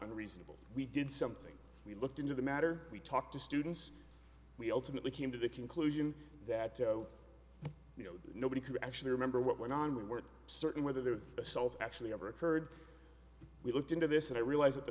unreasonable we did something we looked into the matter we talked to students we ultimately came to the conclusion that you know nobody could actually remember what went on we weren't certain whether there was assaults actually ever occurred we looked into this and i realize that the